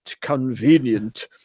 convenient